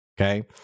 okay